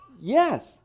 yes